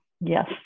Yes